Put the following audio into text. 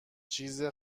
چیز